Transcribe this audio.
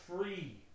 free